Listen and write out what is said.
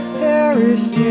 perished